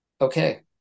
okay